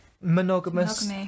monogamous